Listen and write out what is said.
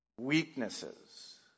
weaknesses